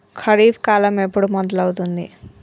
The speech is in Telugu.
ఖరీఫ్ కాలం ఎప్పుడు మొదలవుతుంది?